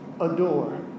Adore